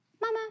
Mama